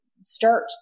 start